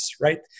Right